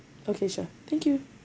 okay sure thank you